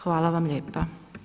Hvala vam lijepa.